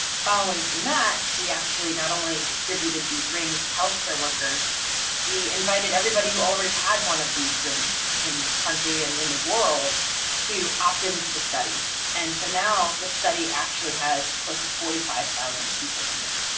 following from that. we actually not only distributed these rings to healthcare workers we invited everybody who already had one of these rings in the country and in the world to opt into the study and so now the study actually has close to forty five thousand people in it.